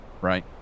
right